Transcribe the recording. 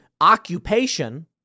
occupation